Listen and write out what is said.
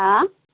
হাঁ